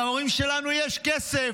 להורים שלנו יש כסף,